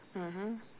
mmhmm